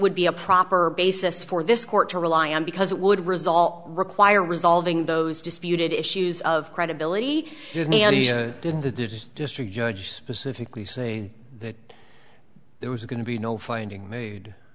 would be a proper basis for this court to rely on because it would result require resolving those disputed issues of credibility did the district judge specifically say that there was going to be no finding